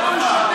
כמה הוא שותה,